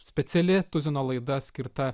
speciali tuzino laida skirta